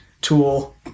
Tool